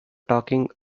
talking